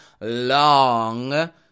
long